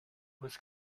was